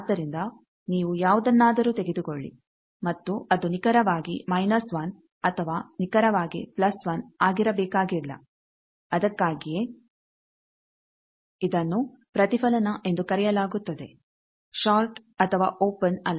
ಆದ್ದರಿಂದ ನೀವು ಯಾವುದನ್ನಾದರೂ ತೆಗೆದುಕೊಳ್ಳಿ ಮತ್ತು ಅದು ನಿಖರವಾಗಿ ಮೈನಸ್ 1 ಅಥವಾ ನಿಖರವಾಗಿ ಪ್ಲಸ್ 1 ಆಗಿರಬೇಕಾಗಿಲ್ಲ ಅದಕ್ಕಾಗಿಯೇ ಇದನ್ನು ಪ್ರತಿಫಲನ ಎಂದು ಕರೆಯಲಾಗುತ್ತದೆ ಷಾರ್ಟ್ ಅಥವಾ ಓಪೆನ್ ಅಲ್ಲ